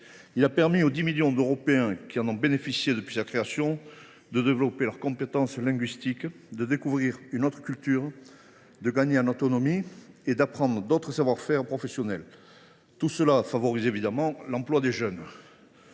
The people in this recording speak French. Il a permis aux 10 millions d’Européens qui en ont bénéficié depuis sa création de développer leurs compétences linguistiques, de découvrir une autre culture, de gagner en autonomie et d’apprendre d’autres savoir faire professionnels. Tout cela favorise évidemment l’emploi des jeunes.